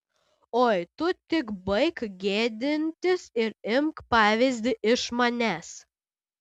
oi tu tik baik gėdintis ir imk pavyzdį iš manęs